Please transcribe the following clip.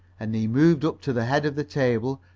and he moved up to the head of the table,